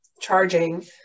charging